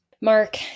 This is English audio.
Mark